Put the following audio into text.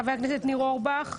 חה"כ ניר אורבך,